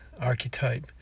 archetype